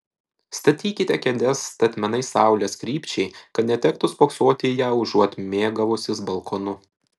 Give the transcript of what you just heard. statykite kėdes statmenai saulės krypčiai kad netektų spoksoti į ją užuot mėgavusis balkonu